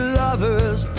lovers